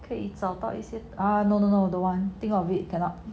可以找到 is it ah no no no the [one] think of it cannot